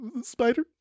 spider